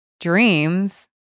dreams